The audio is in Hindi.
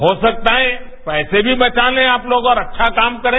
हो सकता है पैसे भी बचा र्ल आप लोग और अच्छा काम करे